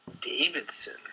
davidson